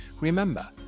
Remember